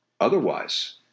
otherwise